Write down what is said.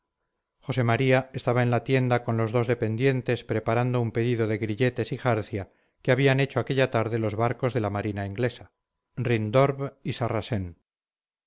josé maría estaba en la tienda con los dos dependientes preparando un pedido de grilletes y jarcia que habían hecho aquella tarde los barcos de la marina inglesa